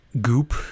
goop